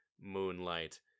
moonlight